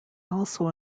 also